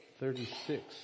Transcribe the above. thirty-six